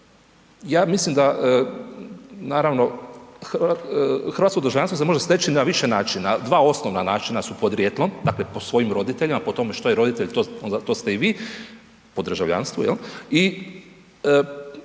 Ja mislim da, naravno, hrvatsko državljanstvo se može steći na više načina, dva osnovna načina su podrijetlo, dakle po svojim roditeljima, po tome što je roditelj onda to ste i vi po državljanstvu jel